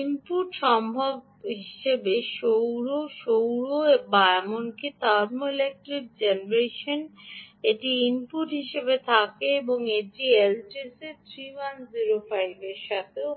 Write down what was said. ইনপুটটি সম্ভব হিসাবে সৌর সৌর বা এমনকি থার্মোইলেকট্রিক জেনারেশন একটি ইনপুট হিসাবে থাকে এবং এটি এলটিসি 3105 এর সাথেও হয়